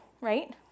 right